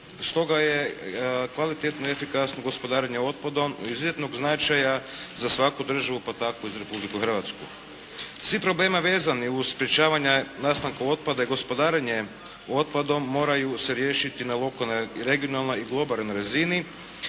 stoga je kvalitetno i efikasno gospodarenje otpadom od izuzetnog značaja za svaku državu, pa tako i za Republiku Hrvatsku. Svi problemi vezani uz sprječavanje nastanka otpada i gospodarenjem otpadom moraju se riješiti na lokalnoj, regionalnoj i globalnoj razini